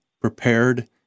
prepared